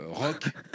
rock